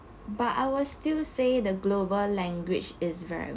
but I will still say the global language is very